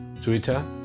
Twitter